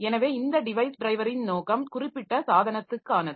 எனவே இந்த டிவைஸ் டிரைவரின் நோக்கம் குறிப்பிட்ட சாதனத்துக்கானது